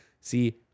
See